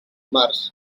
març